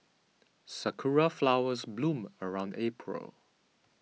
sakura flowers bloom around April